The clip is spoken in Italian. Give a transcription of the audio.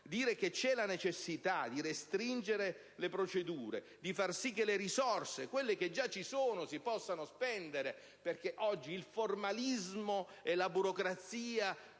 si sottolinea la necessità di restringere le procedure e di far sì che le risorse - quelle già esistenti - si possano spendere, perché oggi il formalismo e la burocrazia